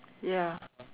ya